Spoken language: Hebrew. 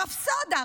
רפסודה,